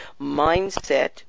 mindset